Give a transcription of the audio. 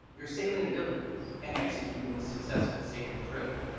your sailing abilities, and executing a successful sailing trip.